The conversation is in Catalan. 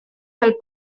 del